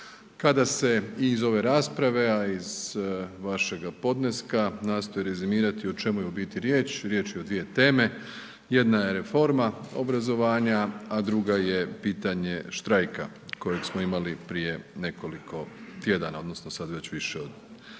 Kada se i iz ove rasprave, a i iz vašega podneska nastoji rezimirati o čemu je u biti riječ, riječ je o dvije teme. Jedna je reforma obrazovanja, a druga je pitanje štrajka kojeg smo imali prije nekoliko tjedana, odnosno sad već više od mjesec